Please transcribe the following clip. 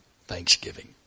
Thanksgiving